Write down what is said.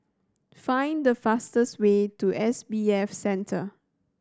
find the fastest way to S B F Center